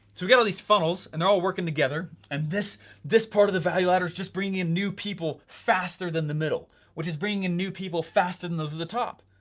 so we got all these funnels, and they're all working together. and this this part of the value ladder is just bringing in new people faster than the middle. which is bringing in new people faster than those at the top.